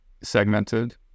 segmented